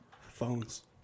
Phones